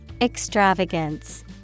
Extravagance